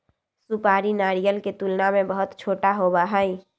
सुपारी नारियल के तुलना में बहुत छोटा होबा हई